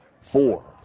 four